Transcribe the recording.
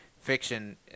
fiction